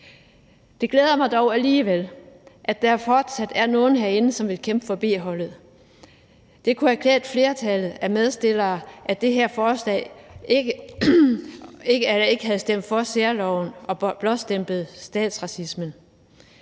Det glæder mig dog alligevel, at der fortsat er nogle herinde, som vil kæmpe for B-holdet. Det kunne have klædt flertallet af medstillere af det her forslag ikke at have stemt for særloven og blåstemplet statsracismen.